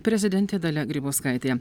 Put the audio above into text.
prezidentė dalia grybauskaitė